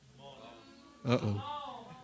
Uh-oh